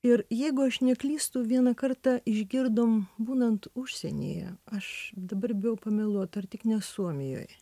ir jeigu aš neklystu vieną kartą išgirdom būnant užsienyje aš dabar bijau pameluot ar tik ne suomijoj